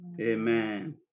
Amen